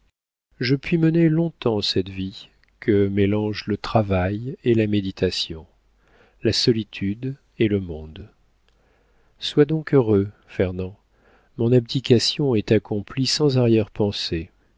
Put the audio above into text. je puis mener longtemps cette vie que mélangent le travail et la méditation la solitude et le monde sois donc heureux fernand mon abdication est accomplie sans arrière-pensée